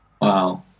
Wow